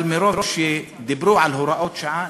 אבל מרוב שדיברו על הוראות שעה,